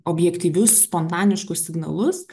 objektyvius spontaniškus signalus